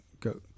go